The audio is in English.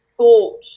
Thought